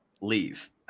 Leave